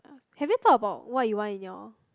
have you thought about what you want in your